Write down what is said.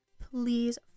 Please